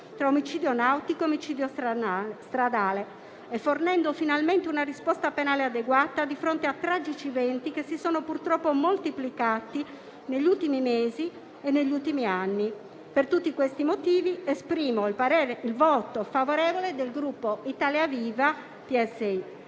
tra omicidio nautico e omicidio stradale e fornendo finalmente una risposta penale adeguata di fronte ai tragici eventi che si sono purtroppo moltiplicati negli ultimi mesi e negli ultimi anni. Per tutti questi motivi, dichiaro il voto favorevole del Gruppo Italia Viva-PSI.